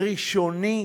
ראשוני,